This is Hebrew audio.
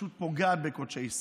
שפשוט פוגעת בקודשי ישראל.